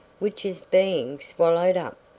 which is being swallowed up.